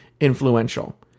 influential